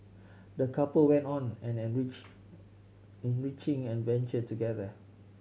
the couple went on an enrich enriching adventure together